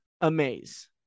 amaze